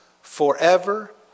forever